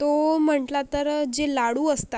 तो म्हटला तर जे लाडू असतात